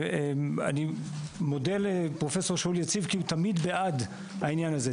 אני מודה לפרופ' שאול יציב כי הוא תמיד בעד העניין הזה.